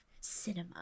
cinema